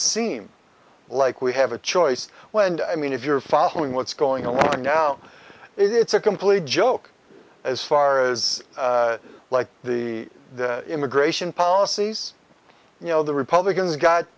seem like we have a choice when i mean if you're following what's going on now it's a complete joke as far as like the immigration policies you know the republicans got